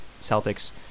Celtics